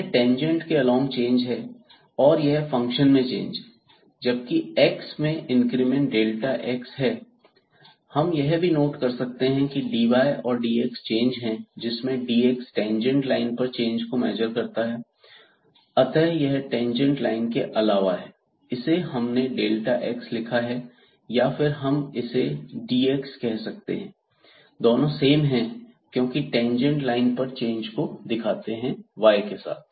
यह टेंजेंट के along change है और यह फंक्शन में चेंज है जबकि x मैं इंक्रीमेंट x हम यह भी नोट कर सकते हैं की dy और dx चेंज हैं जिसमें dx टेंजेंट लाइन पर चेंज को मेजर करता है अतः यह टेंजेंट लाइन के अलावा है इसे हमने x लिखा है या फिर हम इसे dx कह सकते हैं दोनों सेम हैं क्योंकि टेंजेंट लाइन पर चेंज को दिखाते हैं y के साथ